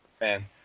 man